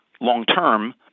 Long-term